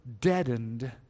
deadened